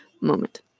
moment